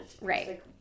Right